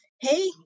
hey